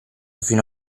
fino